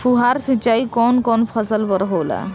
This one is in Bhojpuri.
फुहार सिंचाई कवन कवन फ़सल पर होला?